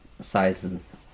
sizes